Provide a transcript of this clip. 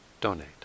donate